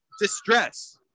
distress